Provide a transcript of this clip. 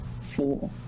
four